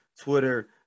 Twitter